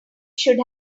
should